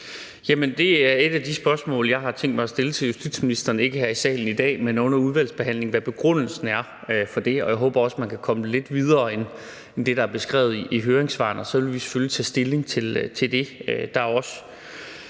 det er et af de spørgsmål, jeg har tænkt mig at stille til justitsministeren, ikke her i salen i dag, men under udvalgsbehandlingen, om, hvad begrundelsen er for det, og jeg håber også, man kan komme lidt videre end det, der er beskrevet i høringssvarene. Og så vil vi selvfølgelig tage stilling til det.